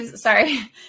sorry